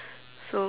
so